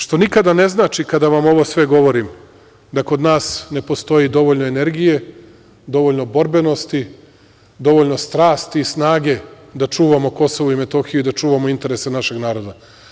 Što nikada ne znači, kada vam ovo sve govorim, da kod nas ne postoji dovoljno energije, dovoljno borbenosti, dovoljno strasti i snage da čuvamo Kosovo i Metohiju, da čuvamo interese našeg naroda.